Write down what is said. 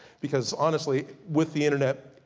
because honestly with the internet,